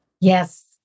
Yes